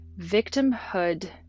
victimhood